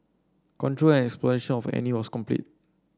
control and exploitation of Annie was complete